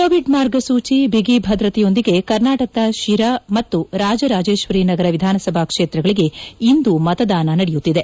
Covid ಮಾರ್ಗಸೂಚಿ ಬಿಗಿಭದ್ರತೆಯೊಂದಿಗೆ ಕರ್ನಾಟಕದ ಶಿರಾ ಮತ್ತು ರಾಜರಾಜೇಶ್ವರಿನಗರ ವಿಧಾನಸಭಾ ಕ್ಷೇತ್ರಗಳಿಗೆ ಇಂದು ಮತದಾನ ನಡೆಯುತ್ತಿದೆ